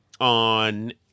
on